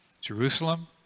Jerusalem